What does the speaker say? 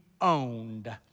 owned